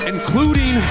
Including